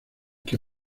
que